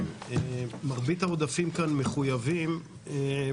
אנחנו עוברים לסעיף השני,